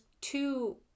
two